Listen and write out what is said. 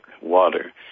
water